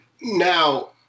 Now